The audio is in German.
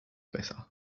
besser